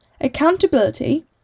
accountability